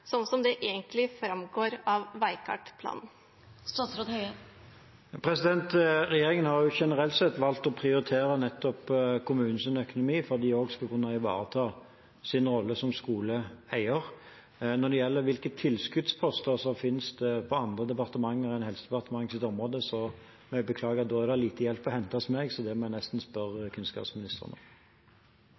sånn som det egentlig framgår av Veikart-planen? Regjeringen har generelt sett valgt å prioritere nettopp kommunenes økonomi for at de skal kunne ivareta sin rolle som skoleeier. Når det gjelder tilskuddsposter, finnes de på andre departementers enn Helsedepartementets område, så jeg må beklage at der er det lite hjelp å hente hos meg. Det må man nesten spørre kunnskapsministeren